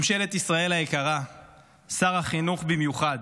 ממשלת ישראל היקרה ושר החינוך במיוחד,